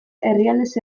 herrialdez